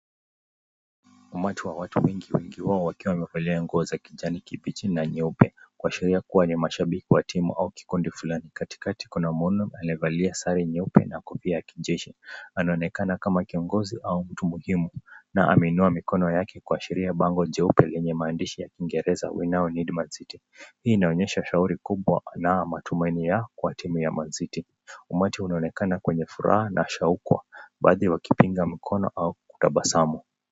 Umati wa watu wengi, wengi wao wakiwa wamevalia nguo za kijani kibichi na nyeupe kuashiria kuwa ni mashabiki wa timu au kikundi fulani. Katikati kuna mwanaume amevalia sare nyeupe na kofia ya kijeshi. Anaonekana kuwa kiongozi au mtu muhimu, na ameinua mikono yake kuashiria bango jeupe lenya maandishi ya kiingereza, [We now need Man City]. Hii inaonyesha shauri kubwa na matumaini ya timu ya [Man City]. Umati unaonekana wenye furaha na shauku, baadhi wakipunga mikono au kutabasamu.